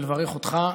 ולברך אותך.